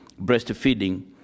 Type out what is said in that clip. breastfeeding